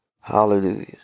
Hallelujah